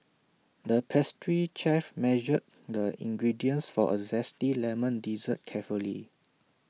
the pastry chef measured the ingredients for A Zesty Lemon Dessert carefully